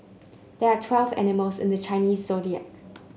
there are twelve animals in the Chinese Zodiac